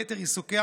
בין יתר עיסוקיה,